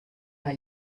har